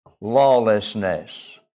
lawlessness